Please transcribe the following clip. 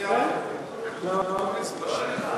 לא לך,